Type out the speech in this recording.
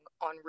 on